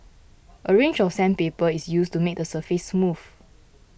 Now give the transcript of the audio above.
a range of sandpaper is used to make the surface smooth